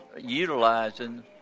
utilizing